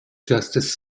justice